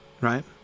right